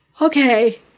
okay